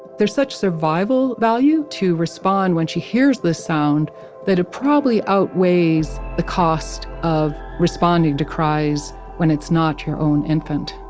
there's such survival value for to respond when she hears the sound that it probably outweighs the cost of responding to cries when it's not your own infant